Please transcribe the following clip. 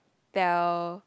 tell